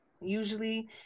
usually